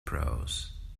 prose